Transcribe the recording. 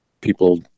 People